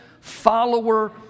follower